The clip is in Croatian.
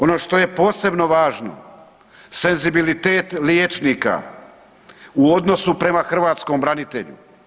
Ono što je posebno važno, senzibilitet liječnika u odnosu prema hrvatskom branitelju.